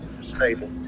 stable